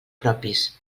propis